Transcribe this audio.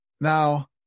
Now